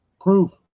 Proof